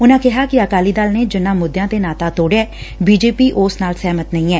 ਉਨਾਂ ਕਿਹਾ ਕਿ ਅਕਾਲੀ ਦਲ ਨੇ ਜਿਨਾਂ ਮੁੱਦਿਆਂ ਤੇ ਨਾਤਾ ਤੋੜਿਐ ਬੀਜੇਪੀ ਉਸ ਨਾਲ ਸਹਿਮਤ ਨਹੀ ਐ